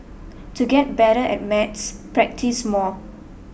to get better at maths practise more